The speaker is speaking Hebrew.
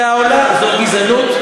זאת גזענות.